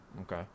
Okay